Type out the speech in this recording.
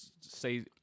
say